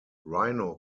rhino